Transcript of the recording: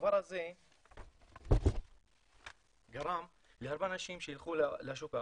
הדבר הזה גרם לאנשים ללכת לשוק האפור.